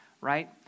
right